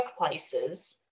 workplaces